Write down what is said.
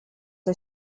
are